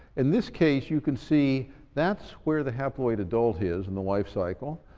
in this case you can see that's where the haploid adult is in the lifecycle.